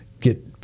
get